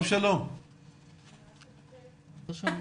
הוא היה אתנו כל הדיון ובכל זאת רצינו לשמוע